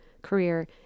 career